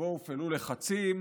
שבו הופעלו לחצים.